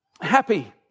happy